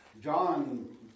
John